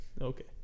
Okay